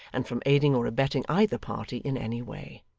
and from aiding or abetting either party in any way.